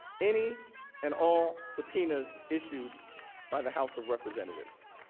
any and all subpoenas issued by the house of representatives.